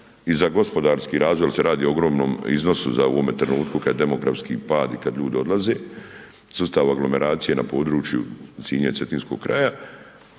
i za gospodarski razvoj jer se radi o ogromnom iznosu za ovome trenutku kad je demografski pad i kad ljudi odlaze, sustav aglomeracije na području Sinja i Cetinskog kraja,